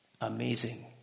amazing